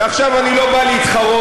ועכשיו אני לא בא להתחרות,